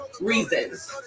reasons